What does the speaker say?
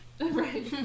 Right